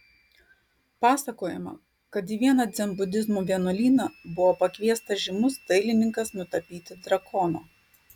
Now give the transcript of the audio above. pasakojama kad į vieną dzenbudizmo vienuolyną buvo pakviestas žymus dailininkas nutapyti drakono